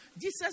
Jesus